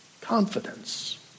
Confidence